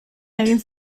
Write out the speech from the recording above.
egin